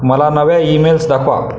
मला नव्या ईमेल्स दाखवा